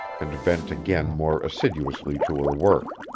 and bent again more assiduously to her work.